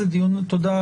תודה,